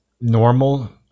normal